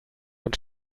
man